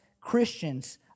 Christians